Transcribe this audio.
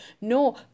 No